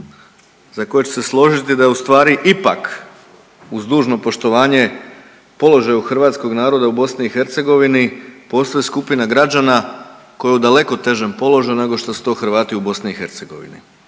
za koje će se složiti da je ustvari ipak uz dužno poštovanje položaju hrvatskog naroda u BiH postoji skupina građana koja je u daleko težem položaju nego što su to Hrvati u BiH,